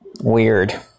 Weird